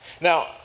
Now